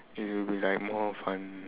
it will be like more fun